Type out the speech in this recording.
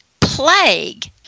plague